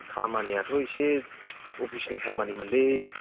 खामानिआथ' एसे अफिसनि खामानिमोनलै